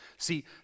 See